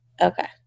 okay